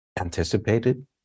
anticipated